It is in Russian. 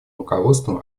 руководством